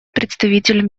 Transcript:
представитель